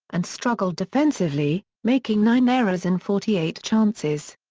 and struggled defensively, making nine errors in forty eight chances.